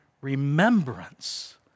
remembrance